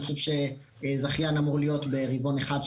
אני חושב שזכיין אמור להיות ברבעון אחד,